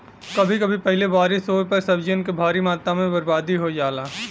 कभी कभी पहिले बारिस होये पर सब्जियन क भारी मात्रा में बरबादी हो जाला